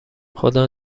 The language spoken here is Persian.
خدا